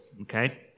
okay